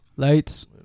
Lights